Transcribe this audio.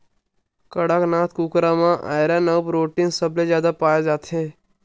कड़कनाथ कुकरा म आयरन अउ प्रोटीन सबले जादा पाए जाथे